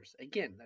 Again